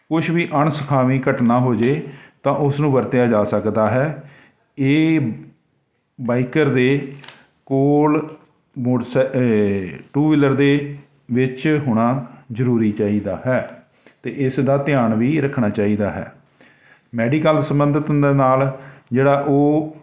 ਕੁਛ ਵੀ ਅਣਸਖਾਵੀਂ ਘਟਨਾ ਹੋ ਜੇ ਤਾਂ ਉਸ ਨੂੰ ਵਰਤਿਆ ਜਾ ਸਕਦਾ ਹੈ ਇਹ ਬਾਈਕਰ ਦੇ ਕੋਲ ਮੋਟਰਸਾਇ ਏਹ ਟੂ ਵੀਲਰ ਦੇ ਵਿੱਚ ਹੋਣਾ ਜ਼ਰੂਰੀ ਚਾਹੀਦਾ ਹੈ ਅਤੇ ਇਸ ਦਾ ਧਿਆਨ ਵੀ ਰੱਖਣਾ ਚਾਹੀਦਾ ਹੈ ਮੈਡੀਕਲ ਸੰਬੰਧਿਤ ਦੇ ਨਾਲ ਜਿਹੜਾ ਉਹ